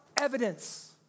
evidence